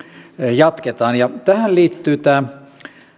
jatketaan ja tähän liittyy tämä esteettömyyskysymys